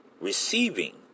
Receiving